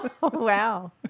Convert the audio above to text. Wow